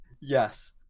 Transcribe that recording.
Yes